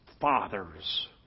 fathers